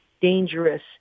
dangerous